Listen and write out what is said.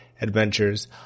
Adventures